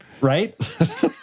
Right